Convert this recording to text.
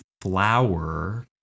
flower